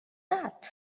that